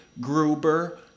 Gruber